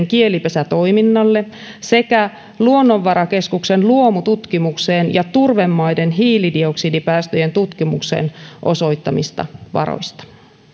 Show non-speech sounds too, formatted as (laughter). (unintelligible) kielipesätoiminnalle sekä luonnonvarakeskuksen luomututkimukseen ja turvemaiden hiilidioksidipäästöjen tutkimukseen osoitetuista varoista